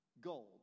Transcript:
gold